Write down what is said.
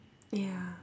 ya